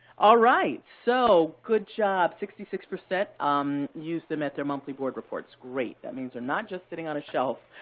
all right, so good job. sixty six percent um use them at their monthly board reports. great, that means they're not just sitting on a shelf.